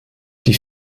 die